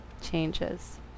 changes